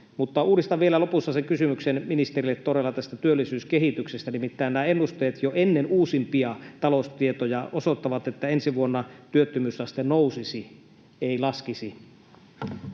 Uudistan vielä lopussa sen kysymyksen ministerille työllisyyskehityksestä. Nimittäin ennusteet jo ennen uusimpia taloustietoja osoittavat, että ensi vuonna työttömyysaste nousisi, ei laskisi.